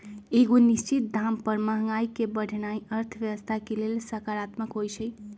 एगो निश्चित दाम पर महंगाई के बढ़ेनाइ अर्थव्यवस्था के लेल सकारात्मक होइ छइ